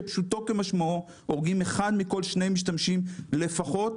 שפשוטו כמשמעו הורגים אחד מכל שני משתמשים לפחות,